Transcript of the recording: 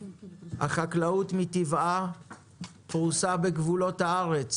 החקלאות מטבעה פרוסה בגבולות הארץ